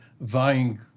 vying